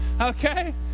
Okay